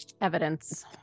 evidence